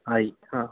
ആയി ആ